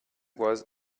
was